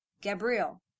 Gabriel